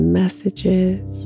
messages